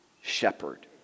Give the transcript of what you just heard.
shepherd